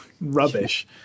rubbish